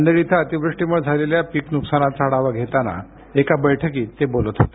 नांदेड इथ अतिवृष्टीमुंळं झालेल्या पिक नुकसानाचा आढावा घेताना एका बैठकीत बोलत होते